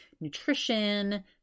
nutrition